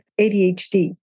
ADHD